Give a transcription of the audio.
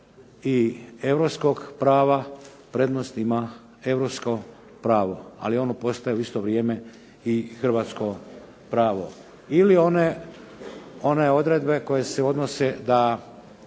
i europskog prava prednost ima europsko pravo ali ono postaje u isto vrijeme i hrvatsko pravo. Ili one odredbe koje se odnose da